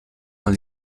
dans